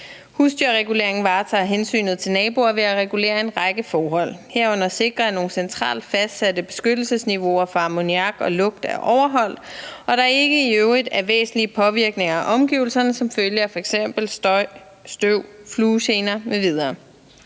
Husdyrreguleringen varetager hensynet til naboer ved at regulere en række forhold, herunder sikre, at nogle centralt fastsatte beskyttelsesniveauer for ammoniak og lugt er overholdt, og at der ikke i øvrigt er væsentlige påvirkninger af omgivelserne som følge af f.eks. støj, støv, fluegener m.v.